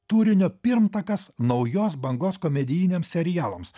turinio pirmtakas naujos bangos komedijiniams serialams